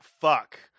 fuck